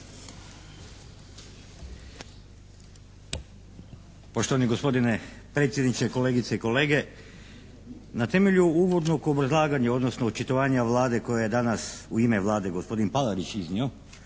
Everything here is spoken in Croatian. Poštovani gospodine predsjedniče, kolegice i kolege na temelju uvodnog obrazlaganja odnosno očitovanja Vlade koje je danas u ime Vlade gospodin Palarić iznio